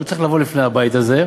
הוא צריך לבוא ולהתנצל לפני הבית הזה.